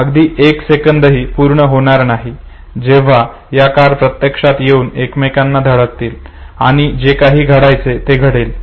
अगदी एक सेकंदही पूर्ण होणार नाही जेव्हा या कार प्रत्यक्षात येऊन एकमेकांना धडकतील आणि जे काही घडायचे असेल ते घडेल